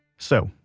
so,